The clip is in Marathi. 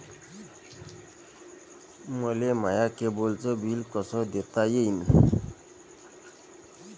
मले माया केबलचं बिल कस देता येईन?